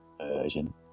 version